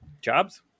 jobs